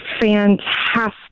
fantastic